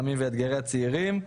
סמים ואתגרי הצעירים.